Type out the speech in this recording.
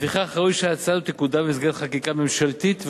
לפיכך ראוי שהצעה זו תקודם במסגרת חקיקה ממשלתית,